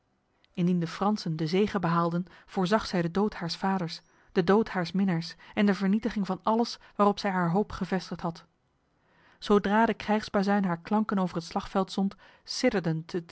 indien de fransen de zege behaalden voorzag zij de dood haars vaders de dood haars minnaars en de vernietiging van alles waarop zij haar hoop gevestigd had zodra de krijgsbazuin haar klanken over het slagveld zond sidderden